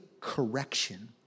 correction